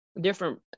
different